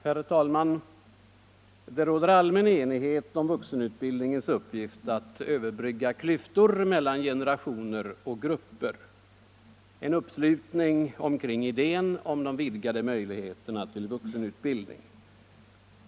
Herr talman! Det råder allmän enighet om vuxenutbildningens uppgift att överbrygga klyftor mellan generationer och grupper —- en uppslutning kring idén om de vidgade möjligheterna till vuxenutbildning.